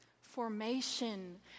Formation